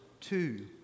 two